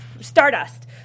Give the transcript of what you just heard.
Stardust